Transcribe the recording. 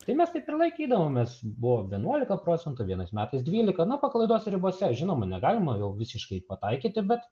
tai mes taip ir laikydavomės buvo vienuolika procentų vienais metais dvylika na paklaidos ribose žinoma negalima jau visiškai pataikyti bet